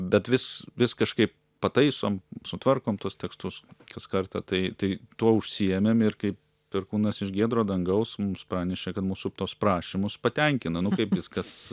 bet vis vis kažkaip pataisom sutvarkom tuos tekstus kas kartą tai tai tuo užsiėmėm ir kaip perkūnas iš giedro dangaus mums pranešė kad mūsų tuos prašymus patenkina nu kaip viskas